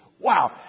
Wow